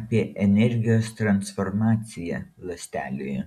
apie energijos transformaciją ląstelėje